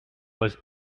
was